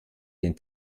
den